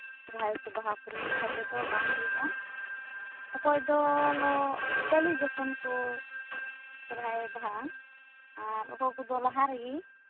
ᱥᱚᱦᱚᱨᱟᱭ ᱠᱚ ᱵᱟᱦᱟ ᱠᱚ ᱢᱤᱫ ᱥᱟᱶ ᱛᱮᱫᱚ ᱵᱟᱝ ᱦᱩᱭᱩᱜᱼᱟ ᱚᱠᱚᱭ ᱫᱚ ᱠᱟᱹᱞᱤ ᱡᱚᱠᱷᱚᱱ ᱠᱚ ᱥᱚᱦᱚᱨᱟᱭ ᱵᱟᱦᱟᱜᱼᱟ ᱟᱨ ᱚᱠᱚᱭ ᱠᱚᱫᱚ ᱞᱟᱦᱟ ᱨᱮᱜᱤ